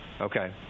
Okay